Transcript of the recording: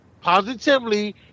positively